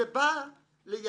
זה בא לייצר